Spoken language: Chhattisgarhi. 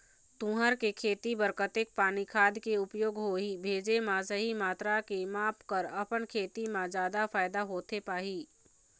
तुंहर के खेती बर कतेक पानी खाद के उपयोग होही भेजे मा सही मात्रा के माप कर अपन खेती मा जादा फायदा होथे पाही?